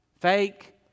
fake